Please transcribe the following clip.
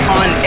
on